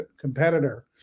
competitor